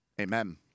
Amen